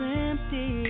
empty